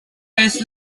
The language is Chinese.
类似